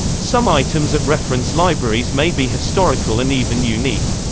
some items at reference libraries may be historical and even unique.